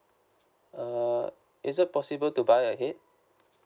uh is it possible to buy ahead